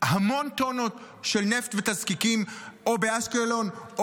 המון טונות של נפט ותזקיקים באשקלון או